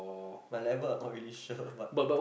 my level I not really sure but